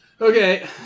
Okay